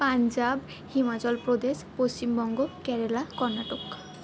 Punjab Himachal Pradesh Paschimbanga Kerala Karnataka